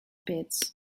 pits